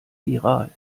viral